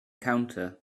counter